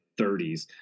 30s